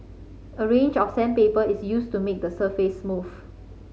a range of sandpaper is used to make the surface smooth